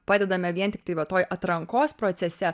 padedame vien tiktai va toj atrankos procese